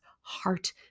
heart